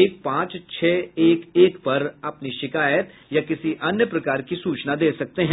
एक पांच छह एक एक पर अपनी शिकायत या किसी अन्य प्रकार की सूचना दे सकते हैं